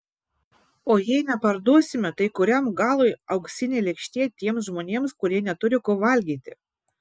o jei neparduosime tai kuriam galui auksinė lėkštė tiems žmonėms kurie neturi ko valgyti